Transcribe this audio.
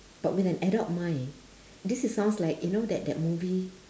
but with an adult mind this is sounds like you know that that movie